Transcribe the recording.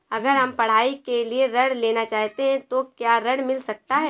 अगर हम पढ़ाई के लिए ऋण लेना चाहते हैं तो क्या ऋण मिल सकता है?